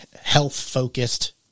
health-focused